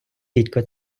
дідько